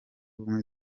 ubumwe